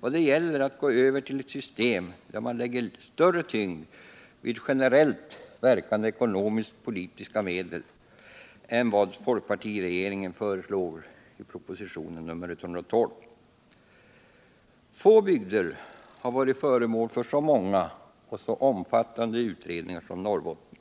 Vad det gäller är att gå över till ett system där man lägger större tyngd vid generellt verkande ekonomisk-politiska medel än vad folkpartiregeringen föreslår i proposition nr 112. Få bygder har varit föremål för så många och så omfattande utredningar som Norrbotten.